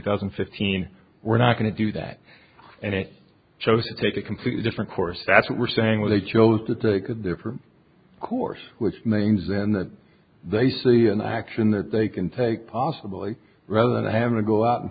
thousand and fifteen we're not going to do that and it chose to take a completely different course that's what we're saying they chose to take a different course which means then that they see an action that they can take possibly rather than having to go out and